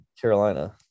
Carolina